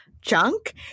Junk